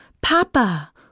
Papa